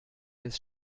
ist